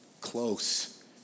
close